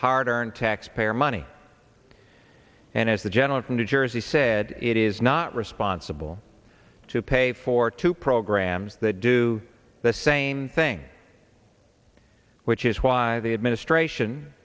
hard earned taxpayer money and as the general from new jersey said it is not responsible to pay for two programs that do the same thing which is why the administration